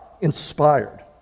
inspired